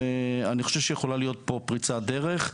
אני חושב שיכולה להיות פה פריצת דרך,